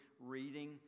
reading